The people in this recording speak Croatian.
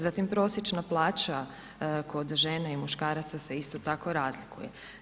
Zatim prosječna plaća kod žena i kod muškaraca se isto tako razlikuje.